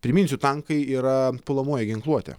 priminsiu tankai yra puolamoji ginkluotė